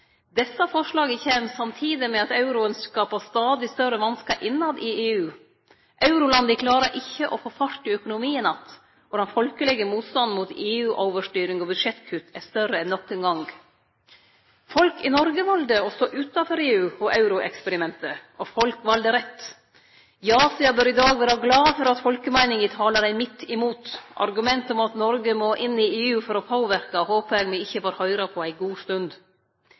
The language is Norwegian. Desse forslaga kjem samtidig med at euroen skapar stadig større vanskar innanfor EU. Eurolanda klarar ikkje å få fart i økonomien att, og den folkelege motstanden mot EU-overstyring og budsjettkutt er større enn nokon gong. Folk i Noreg valde å stå utanfor EU og euroeksperimentet. Og folk valde rett. Ja-sida bør i dag vere glad for at folkemeininga tala dei midt imot. Argumentet om at Noreg må inn i EU for å påverke, håpar eg at me ikkje får høyre på ei god stund.